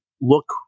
look